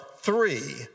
three